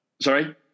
Sorry